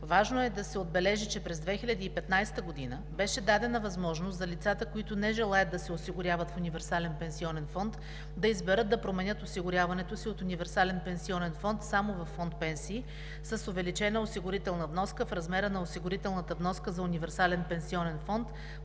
Важно е да се отбележи, че през 2015 г. беше дадена възможност за лицата, които не желаят да се осигуряват в универсален пенсионен фонд, да изберат да променят осигуряването си от универсален пенсионен фонд само във фонд „Пенсии“ с увеличена осигурителна вноска в размера на осигурителната вноска за универсален пенсионен фонд,